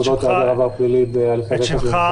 אודות --- עבר פלילי --- מרכזיים.